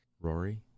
Rory